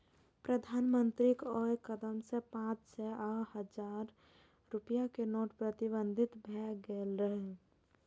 प्रधानमंत्रीक ओइ कदम सं पांच सय आ हजार रुपैया के नोट प्रतिबंधित भए गेल रहै